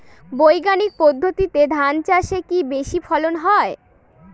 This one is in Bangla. বৈজ্ঞানিক পদ্ধতিতে ধান চাষে কি বেশী ফলন হয়?